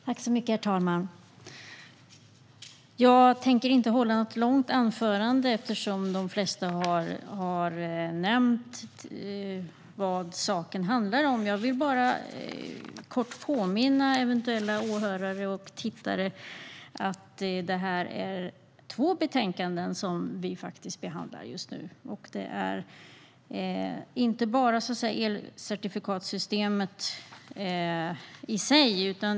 Herr talman! Jag tänker inte hålla något långt anförande eftersom de flesta har nämnt vad saken handlar om. Nytt mål för förnybar el och kontrollstation för elcertifikats-systemet 2017 och Avtal om ändring av avtalet mellan Sverige och Norge om en gemensam elcertifi-katsmarknad Jag vill bara kort påminna eventuella åhörare och tittare om att vi faktiskt behandlar två betänkanden.